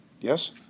Yes